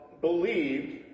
believed